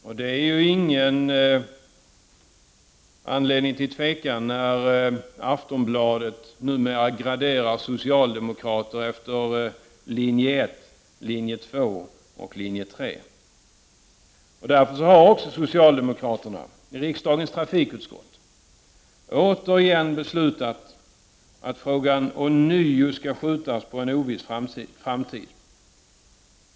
Och det ger ju inte någon anledning till tvivel när Aftonbladet numera graderar socialdemokrater efter linje 1, linje 2 och linje 3. Därför har också socialdemokraterna i riksdagens trafikutskott återigen beslutat att frågan ånyo skall skjutas på en oviss framtid.